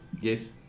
Yes